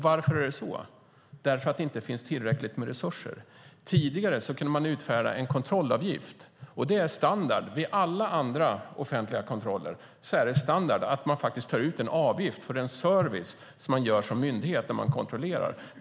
Varför är det så? Jo, därför att det inte finns tillräckligt med resurser. Tidigare kunde man ta ut en kontrollavgift. Vid alla andra offentliga kontroller är det standard att man tar ut en avgift för den service man ger som myndighet när man kontrollerar.